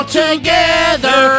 together